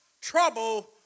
trouble